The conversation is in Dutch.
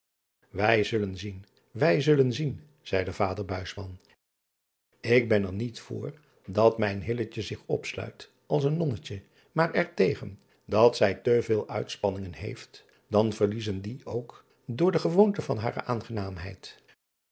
ij zullen zien wij zullen zien zeide ader k ben er niet voor dat mijn zich opsluit als een nonnetje maar er tegen dat zij te veel uitspanningen heeft dan verliezen die ook door de gewoonte van hare